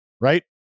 right